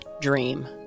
dream